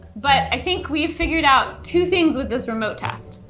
but i think we figured out two things with this remote test.